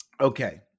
Okay